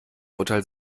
urteil